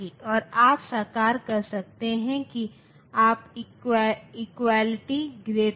तो आप देखते हैं कि लॉजिक लेवल में अंतर है